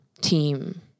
team